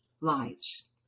lives